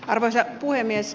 arvoisa puhemies